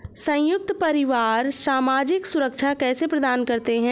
संयुक्त परिवार सामाजिक सुरक्षा कैसे प्रदान करते हैं?